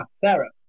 Sarah